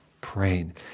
praying